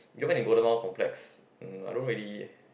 even in golden mile complex mm I don't really